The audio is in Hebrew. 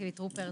חילי טרופר,